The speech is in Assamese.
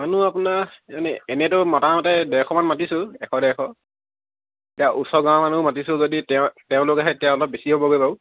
মানুহ আপোনাৰ এনেই এনেইতো মোটামুটি ডেৰশমান মাতিছোঁ এশ ডেৰশ এতিয়া ওচৰৰ গাঁৱৰ মানুহো মাতিছোঁ যদি তেওঁ তেওঁলোকে আহে তেতিয়া অলপ বেছি হ'বগৈ বাৰু